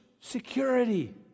security